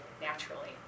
naturally